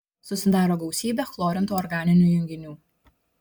susidaro gausybė chlorintų organinių junginių